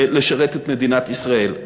לשרת את מדינת ישראל.